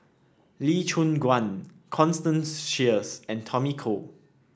Lee Choon Guan Constance Sheares and Tommy Koh